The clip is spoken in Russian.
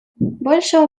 большого